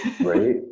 Right